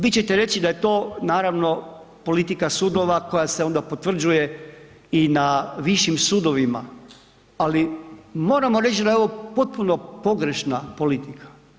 Vi ćete reći da je to naravno politika sudova koja se onda potvrđuje i na višim sudovima, ali moramo reć da je ovo potpuno pogrešna politika.